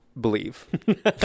believe